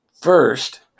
First